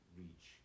reach